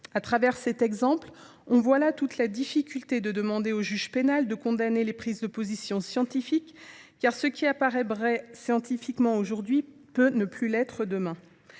au travers de cet exemple toute la difficulté qu’il y a à demander au juge pénal de condamner les prises de position scientifiques : ce qui apparaît vrai scientifiquement aujourd’hui peut ne plus l’être demain